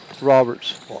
Roberts